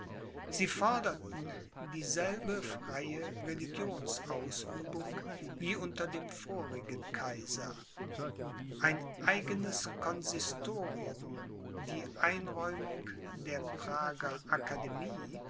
sie forderten dieselbe freie religionsübung wie unter dem vorigen kaiser ein eigenes consistorium die einräumung der